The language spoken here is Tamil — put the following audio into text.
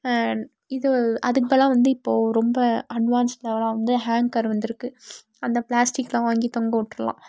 இது அதுக்கு பதிலாக வந்து இப்போது ரொம்ப அட்வான்ஸ்டாலாம் வந்து ஹேங்கர் வந்துருக்குது அந்த பிளாஸ்டிக்கில் வாங்கி தொங்கவிட்ருலாம்